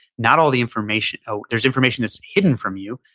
not all the information there's information that's hidden from you.